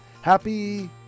Happy